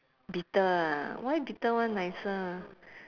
bitter ah why bitter one nicer